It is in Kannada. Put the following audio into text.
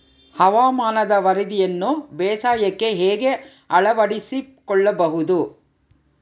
ಹವಾಮಾನದ ವರದಿಯನ್ನು ಬೇಸಾಯಕ್ಕೆ ಹೇಗೆ ಅಳವಡಿಸಿಕೊಳ್ಳಬಹುದು?